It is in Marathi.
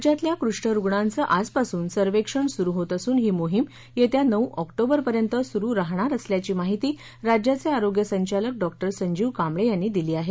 राज्यातल्या कुष्ठरुग्णांचं आजपासून सर्वेक्षण सुरू होत असून ही मोहीम येत्या नऊ ऑक्टोबरपर्यंत सुरू राहणार असल्याची माहिती राज्याचे आरोग्य संचालक डॉक्टर संजीव कांबळे यांनी दिली आहे